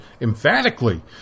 emphatically